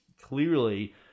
clearly